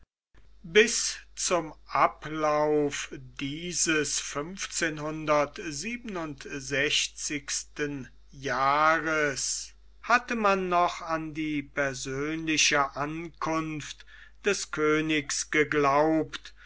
bis zum ablauf dieses jahres hatte man noch an die persönliche ankunft des königs geglaubt